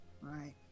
right